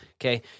Okay